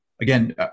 Again